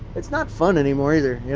it's not fun anymore either. yeah